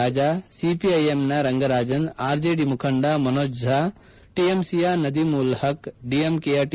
Raja CPIM ನ Rangarajan R J D ಮುಖಂಡ ಮನೋಜ್ ಝಾ ಟಿಎಂಸಿಯ ನದೀಮ್ ಉಲ್ ಪಕ್ ಡಿಎಂಕೆಯ ಟಿ